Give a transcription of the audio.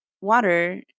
water